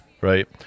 right